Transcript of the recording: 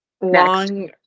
Long